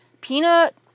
Peanut